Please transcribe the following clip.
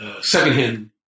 secondhand